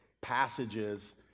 passages